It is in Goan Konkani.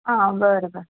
आ बरें बर